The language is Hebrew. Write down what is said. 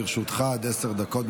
לרשותך עד עשר דקות,